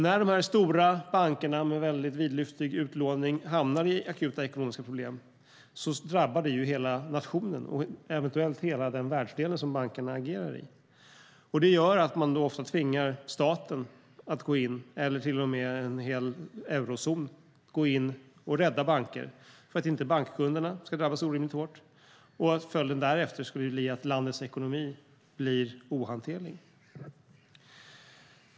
När de här stora bankerna med väldigt vidlyftig utlåning hamnar i akuta ekonomiska problem drabbar det hela nationen och eventuellt hela den världsdel som bankerna agerar i. Det gör att man ofta tvingar staten att gå in eller till och med en hel eurozon att gå in och rädda banker för att inte bankkunderna ska drabbas orimligt hårt - följden därefter skulle bli att landets ekonomi blir ohanterlig.